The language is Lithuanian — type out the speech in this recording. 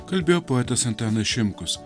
kalbėjo poetas antanas šimkus